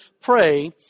pray